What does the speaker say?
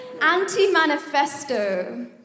Anti-Manifesto